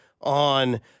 on